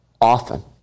often